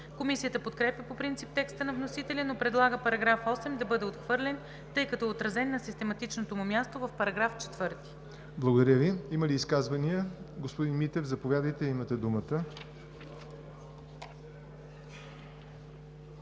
Комисията подкрепя по принцип текста на вносителя, но предлага § 8 да бъде отхвърлен, тъй като е отразен на систематичното му място в § 4. ПРЕДСЕДАТЕЛ ЯВОР НОТЕВ: Има ли изказвания? Господин Митев, заповядайте, имате думата.